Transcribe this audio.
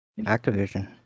Activision